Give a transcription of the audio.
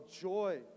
joy